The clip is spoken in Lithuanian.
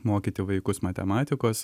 mokyti vaikus matematikos